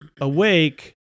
awake